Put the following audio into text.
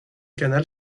canal